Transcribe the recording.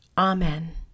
Amen